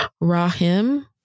Rahim